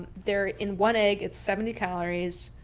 they're in one egg. it's seventy calories,